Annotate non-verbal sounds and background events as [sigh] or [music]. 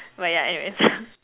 but yeah anyway [laughs]